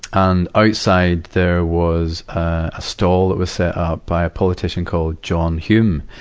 and outside, there was, ah, a stall that was set up by a politician called john hume.